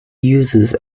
uses